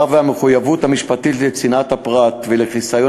המחויבות המשפטית לצנעת הפרט ולחיסיון